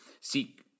seek